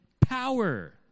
power